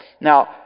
Now